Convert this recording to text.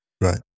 Right